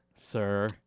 Sir